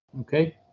okay